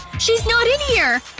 she's not in here!